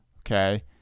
Okay